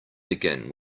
begin